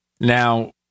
Now